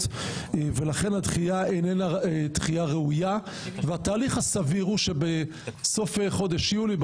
ולכן הדחייה איננה דחייה ראויה והתהליך הסביר הוא שבסוף חודש יולי,